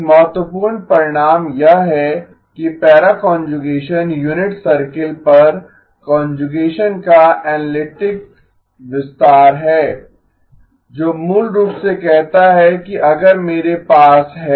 एक महत्वपूर्ण परिणाम यह है कि पैरा कांजुगेसन यूनिट सर्कल पर कांजुगेसन का एनालिटिक विस्तार है जो मूल रूप से कहता है कि अगर मेरे पास है